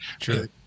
Sure